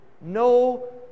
No